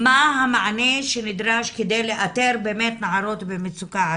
מה המענה שנדרש כדי לאתר באמת נערות ערביות במצוקה?